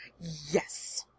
Yes